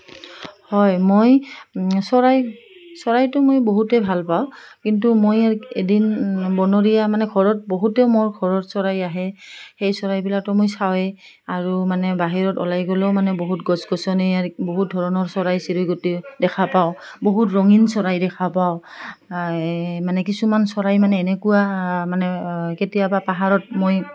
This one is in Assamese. হয় মই চৰাই চৰাইটো মই বহুতেই ভাল পাওঁ কিন্তু মই এ এদিন বনৰীয়া মানে ঘৰত বহুতে মোৰ ঘৰত চৰাই আহে সেই চৰাইবিলাকতো মই চাওঁৱেই আৰু মানে বাহিৰত ওলাই গ'লেও মানে বহুত গছ গছনি বহুত ধৰণৰ চৰাই চিৰিকটি দেখা পাওঁ বহুত ৰঙীন চৰাই দেখা পাওঁ মানে কিছুমান চৰাই মানে এনেকুৱা মানে কেতিয়াবা পাহাৰত মই